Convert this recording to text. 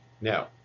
Now